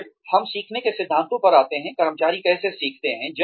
फिर हम सीखने के सिद्धांतों पर आते हैं कर्मचारी कैसे सीखते हैं